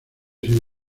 sin